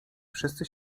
wszyscy